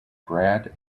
brad